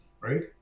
right